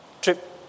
trip